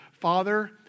Father